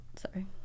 sorry